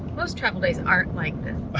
most travel days aren't like this.